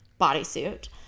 bodysuit